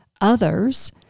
others